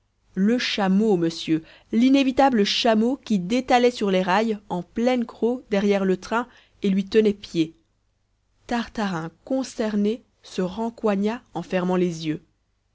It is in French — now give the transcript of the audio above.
le chameau monsieur l'inévitable chameau qui détalait sur les rails en pleine crau derrière le train et lui tenant pied tartarin consterné se rencoigna en fermant les yeux